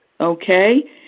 Okay